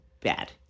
bad